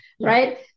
Right